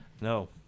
No